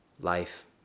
life